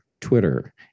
Twitter